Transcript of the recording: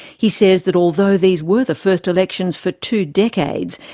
he says that although these were the first elections for two decades,